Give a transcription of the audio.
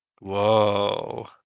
Whoa